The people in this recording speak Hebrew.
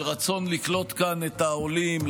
של רצון לקלוט כאן את העולים,